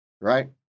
right